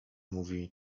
mówi